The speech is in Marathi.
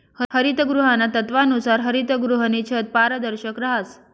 हरितगृहाना तत्वानुसार हरितगृहनी छत पारदर्शक रहास